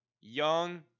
young